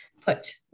put